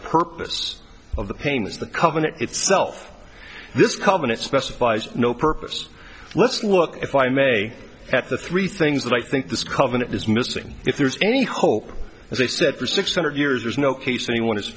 purpose of the paines the covenant itself this covenant specifies no purpose let's look if i may at the three things that i think this covenant is missing if there's any hope as i said for six hundred years there's no case anyone